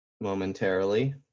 momentarily